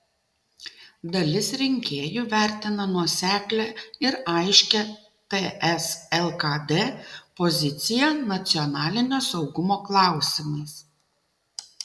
dalis rinkėjų vertina nuoseklią ir aiškią ts lkd poziciją nacionalinio saugumo klausimais